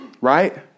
right